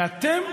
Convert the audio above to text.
ואתם,